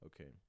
okay